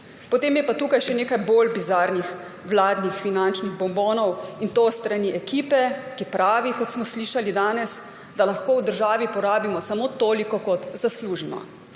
Potem je pa tukaj še nekaj bolj bizarnih vladnih finančnih bombonov, in to s strani ekipe, ki pravi, kot smo slišali danes, da lahko v državi porabimo samo toliko, kot zaslužimo.